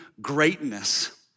greatness